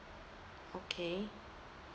okay